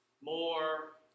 more